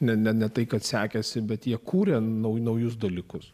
ne ne ne tai kad sekęsi bet jie kuria naujus dalykus